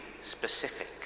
specific